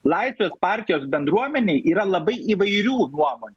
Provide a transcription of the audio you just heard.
laisvės partijos bendruomenėj yra labai įvairių nuomonių